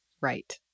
Right